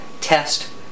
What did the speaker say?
test